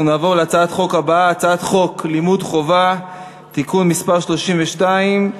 אנחנו נעבור להצעת החוק הבאה: הצעת חוק לימוד חובה (תיקון מס' 32),